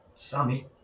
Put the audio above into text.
sammy